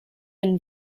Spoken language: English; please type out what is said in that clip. been